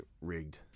rigged